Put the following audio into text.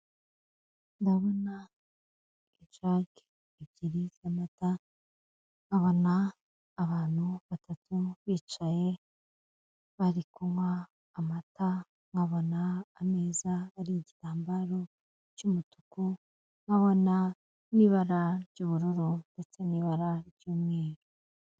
Ndabona ijaga ebyiri z'amata, nkabona abantu batatu bicaye bari kunywa amata, nkabona ameza ariho igitambaro cy'umutuku, nkabona n'ibara ry'ubururu ndetse n'ibara ry'umweru.